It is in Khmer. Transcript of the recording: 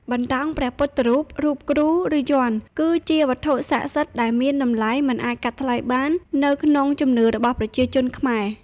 បន្តោងព្រះពុទ្ធរូប រូបគ្រូ ឬយ័ន្ត គឺជាវត្ថុស័ក្តិសិទ្ធិដែលមានតម្លៃមិនអាចកាត់ថ្លៃបាននៅក្នុងជំនឿរបស់ប្រជាជនខ្មែរ។